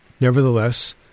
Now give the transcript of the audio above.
Nevertheless